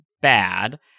bad